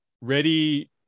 ready